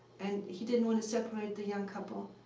and he didn't want to separate the young couple.